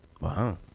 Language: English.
Wow